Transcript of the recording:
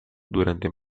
durante